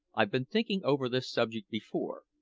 i've been thinking over this subject before.